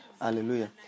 Hallelujah